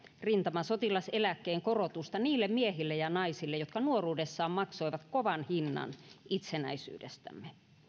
rintamasotilaseläkkeen korotusta niille miehille ja naisille jotka nuoruudessaan maksoivat kovan hinnan itsenäisyydestämme